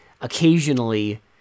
occasionally